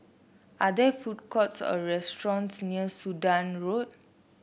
are there food courts or restaurants near Sudan Road